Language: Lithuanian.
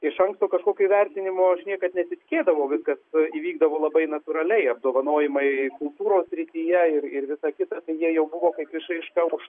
iš anksto kažkokio įvertinimo aš niekad netikėdavau viskas įvykdavo labai natūraliai apdovanojimai kultūros srityje ir ir visa kita jie jau buvo kaip išraiška už